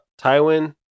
Tywin